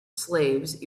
slaves